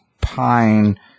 Pine